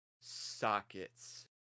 sockets